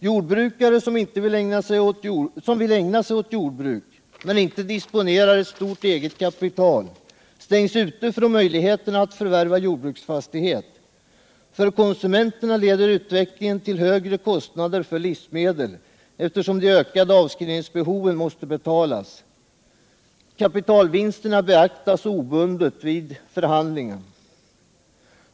Jordbrukare som vill ägna sig åt jordbruk, men inte disponerar ett stort eget kapital, stängs ute från möjligheterna att förvärva jordbruksfastighet. För konsumenterna leder utvecklingen till högre kostnader för livsmedel, eftersom de ökade avskrivningsbehoven måste betalas. Kapitalvinsterna beaktas obundet vid förhandlingarna.